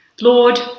Lord